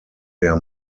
der